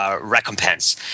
recompense